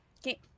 Okay